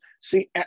See